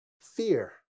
Fear